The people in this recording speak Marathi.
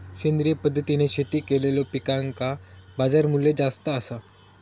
सेंद्रिय पद्धतीने शेती केलेलो पिकांका बाजारमूल्य जास्त आसा